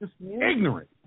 ignorant